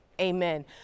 amen